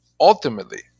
Ultimately